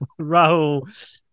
Rahul